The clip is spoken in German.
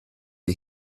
die